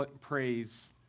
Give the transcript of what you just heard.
praise